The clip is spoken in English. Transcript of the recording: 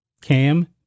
Cam